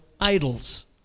idols